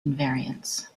invariants